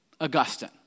Augustine